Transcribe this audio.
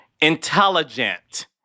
intelligent